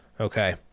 Okay